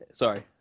Sorry